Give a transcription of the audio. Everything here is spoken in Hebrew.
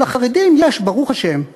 אבל לחרדים יש, ברוך השם,